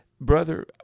brother